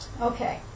Okay